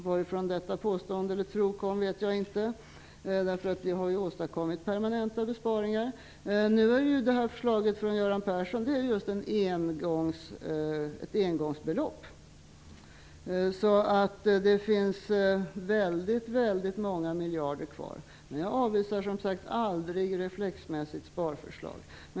Varifrån denna tro kom vet jag inte. Vi har ju åstadkommit permanenta besparingar. Men förslaget från Göran Persson rör just ett engångsbelopp. Det finns väldigt många miljarder kvar. Jag avvisar som sagt aldrig sparförslag reflexmässigt.